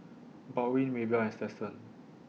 Baldwin Maybell and Stetson